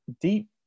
Deep